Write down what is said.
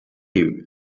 you